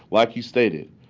like you stated,